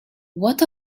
what